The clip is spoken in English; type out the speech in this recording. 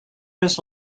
his